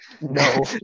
No